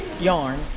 yarn